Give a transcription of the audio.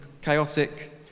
chaotic